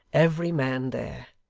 every man there.